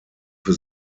für